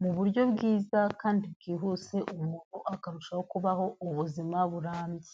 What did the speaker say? mu buryo bwiza kandi bwihuse umuntu akarushaho kubaho ubuzima burambye.